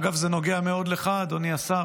אגב, זה נוגע מאוד לך, אדוני השר,